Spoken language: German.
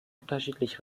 unterschiedlich